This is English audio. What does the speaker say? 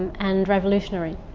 and revolutionary.